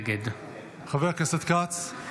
נגד חבר הכנסת כץ.